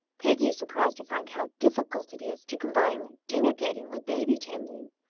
peggy is surprised to find how difficult it is to combine dinner-getting with baby-tending.